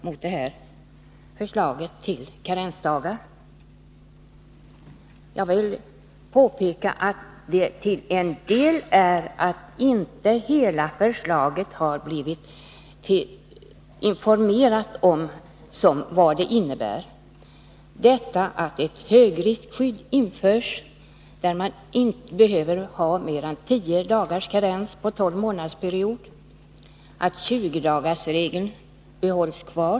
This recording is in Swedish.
Många är kritiska mot förslaget om karensdagar. Jag vill då påpeka att det till en del beror på att det inte har informerats om vad hela förslaget innebär. Ett högriskskydd införs. Man behöver inte ha mer än tio karensdagar på en tolvmånadersperiod. 20-dagarsregeln behålls.